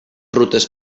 rutes